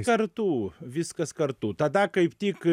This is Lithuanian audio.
kartu viskas kartu tada kaip tik